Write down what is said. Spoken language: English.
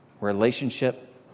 relationship